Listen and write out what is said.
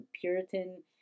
Puritan